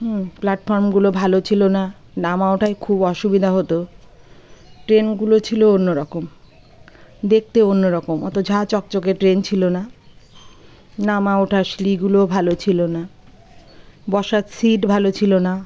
হুম প্ল্যাটফ্রমগুলো ভালো ছিলো না নামা ওঠায় খুব অসুবিধা হতো ট্রেনগুলো ছিলো অন্য রকম দেখতে অন্য রকম অত ঝাঁ চকচকে ট্রেন ছিলো না নামা ওঠার সিঁড়িগুলো ভালো ছিলো না বসার সিট ভালো ছিলো না